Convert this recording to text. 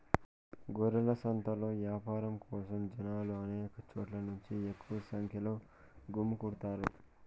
గొర్రెల సంతలో యాపారం కోసం జనాలు అనేక చోట్ల నుంచి ఎక్కువ సంఖ్యలో గుమ్మికూడతారు